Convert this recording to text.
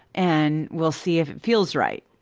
and we'll see if it feels right,